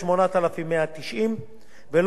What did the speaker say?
ולא מתוך הקצבה המשולמת בפועל.